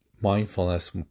mindfulness